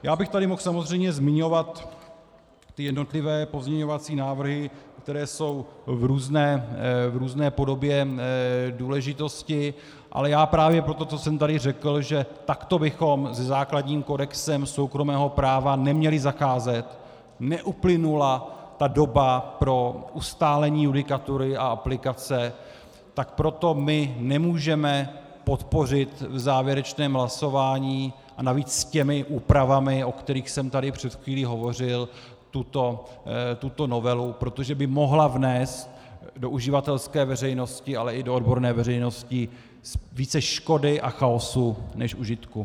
Mohl bych tu samozřejmě zmiňovat jednotlivé pozměňovací návrhy, které jsou v různé podobě důležitosti, ale právě pro to, co jsem tady řekl, že takto bychom se základním kodexem soukromého práva neměli zacházet, neuplynula ta doba pro ustálení judikatury a aplikace, tak proto my nemůžeme podpořit v závěrečném hlasování, a navíc s těmi úpravami, o kterých jsem tady před chvílí hovořil, tuto novelu, protože by mohla vnést do uživatelské veřejnosti, ale i do odborné veřejnosti více škody a chaosu než užitku.